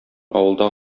авылда